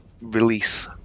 release